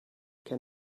can